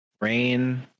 Rain